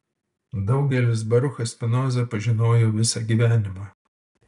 daugelis baruchą spinozą pažinojo visą gyvenimą